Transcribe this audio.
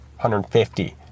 150